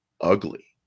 ugly